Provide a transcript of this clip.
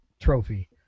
trophy